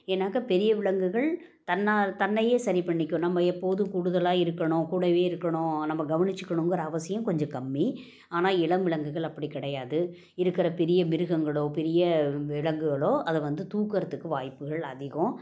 ஏன்னாக்கால் பெரிய விலங்குகள் தன்னா தன்னையே சரி பண்ணிக்கும் நம்ம எப்போதும் கூடுதலாக இருக்கணும் கூடவே இருக்கணும் நம்ம கவனிச்சுக்கணுங்குற அவசியம் கொஞ்சம் கம்மி ஆனால் இளம் விலங்குகள் அப்படி கிடையாது இருக்கிற பெரிய மிருகங்களோ பெரிய விலங்குகளோ அதை வந்து தூக்கிறத்துக்கு வாய்ப்புகள் அதிகம்